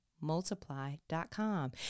multiply.com